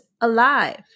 alive